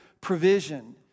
provision